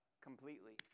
completely